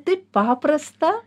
taip paprasta